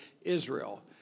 Israel